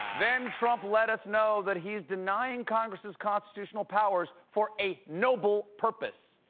then trump let us know that he's denying congress' constitutional powers for a noble purpose.